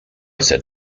said